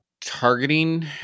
targeting